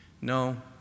No